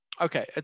Okay